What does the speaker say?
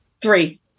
three